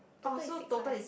total is six [what] I think